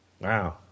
Wow